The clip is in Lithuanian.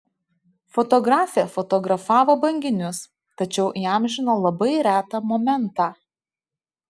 fotografė fotografavo banginius tačiau įamžino labai retą momentą